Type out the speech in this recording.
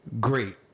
Great